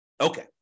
Okay